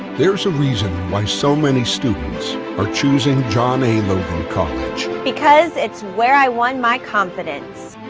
there's a reason why so many students are choosing john a. logan college. because it's where i won my confidence.